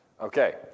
Okay